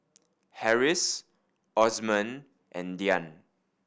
Harris Osman and Dian